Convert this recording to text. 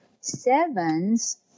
sevens